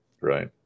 right